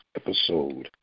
episode